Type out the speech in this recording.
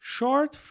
Short